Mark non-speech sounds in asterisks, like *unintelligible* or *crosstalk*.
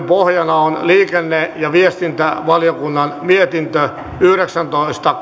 *unintelligible* pohjana on liikenne ja viestintävaliokunnan mietintö yhdeksäntoista *unintelligible*